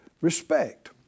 Respect